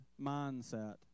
mindset